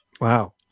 Wow